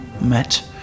met